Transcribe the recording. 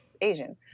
Asian